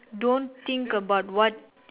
don't think about what